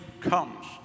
comes